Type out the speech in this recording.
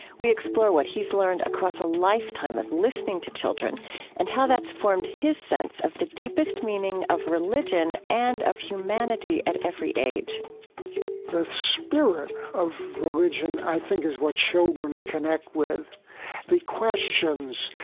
we explore what he's learned across a lifetime of listening to children and how that's formed his sense of the deepest meaning of religion and of humanity at every age the spirit of religion i think is what children connect with the questions,